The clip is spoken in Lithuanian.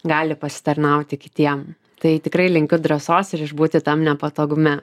gali pasitarnauti kitiem tai tikrai linkiu drąsos ir išbūti tam nepatogume